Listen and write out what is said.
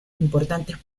importantes